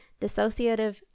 dissociative